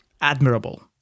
Admirable